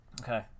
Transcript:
okay